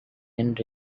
and